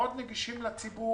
מאוד נגישים לציבור.